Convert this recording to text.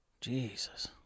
Jesus